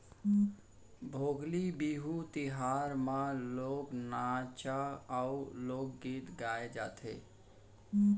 भोगाली बिहू तिहार म लोक नाचा अउ लोकगीत गाए जाथे